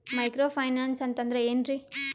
Micro finance ಅಂತಂದ್ರ ಏನ್ರೀ?